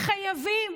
חייבים,